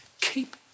keep